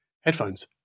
headphones